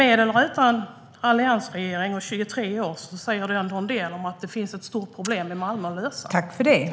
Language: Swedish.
Utanförskap som varat i 23 år säger att det finns ett stort problem att lösa i Malmö, med eller utan alliansregering.